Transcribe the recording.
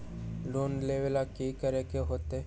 Loan लेवेला की करेके होतई?